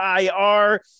IR